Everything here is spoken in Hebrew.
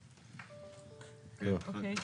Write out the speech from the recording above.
אוקיי.